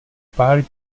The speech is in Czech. pár